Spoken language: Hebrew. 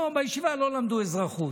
בישיבה לא למדו אזרחות.